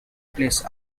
place